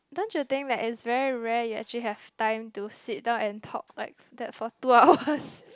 don't you think like it's very rare you actually have time to sit down and talk like that for two hours